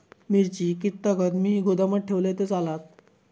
मिरची कीततागत मी गोदामात ठेवलंय तर चालात?